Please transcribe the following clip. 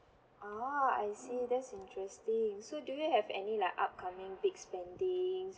ah I see that's interesting so do you have any like upcoming big spendings